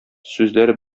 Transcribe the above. сүзләре